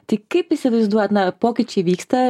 tai kaip įsivaizduojat na pokyčiai vyksta